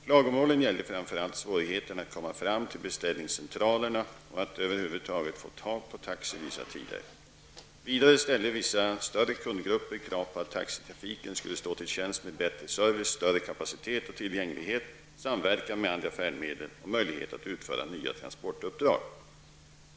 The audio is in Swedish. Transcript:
Klagomålen gällde framför allt svårigheterna att komma fram till beställningscentralerna och att över huvud taget få tag i taxi vissa tider. Vidare ställde vissa större kundgrupper krav på att taxitrafiken skulle stå till tjänst med bättre service, större kapacitet och tillgänglighet, samverkan med andra färdmedel och möjlighet att utföra nya transportuppdrag.